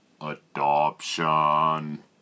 Adoption